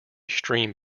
stream